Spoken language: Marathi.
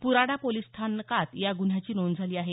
प्राडा पोलीस स्थानकात या गुन्ह्याची नोंद केली आहे